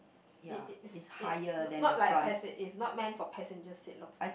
it it is it not like a pet seat is not main for passenger seat looks like